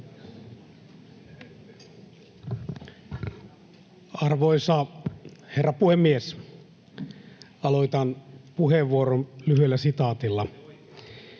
Arvoisa herra puhemies! Aloitan puheenvuoron lyhyellä sitaatilla: